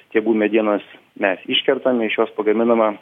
stiebų medienos mes iškertame iš jos pagaminama